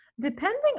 depending